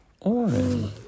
orange